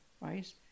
right